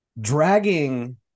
dragging